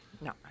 No